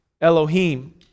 Elohim